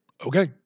Okay